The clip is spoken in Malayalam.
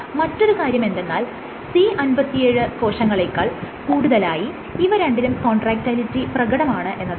മറ്റൊരു കാര്യമെന്തെന്നാൽ C57 കോശങ്ങളെക്കാൾ കൂടുതലായി ഇവ രണ്ടിലും കോൺട്രാക്റ്റയിലിറ്റി പ്രകടമാണ് എന്നതാണ്